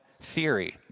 theory